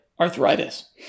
arthritis